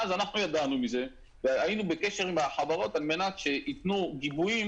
אנחנו ידענו מזה והיינו בקשר עם החברות על מנת שייתנו גיבויים